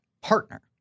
partner